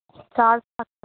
charge থাকছে না